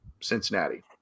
Cincinnati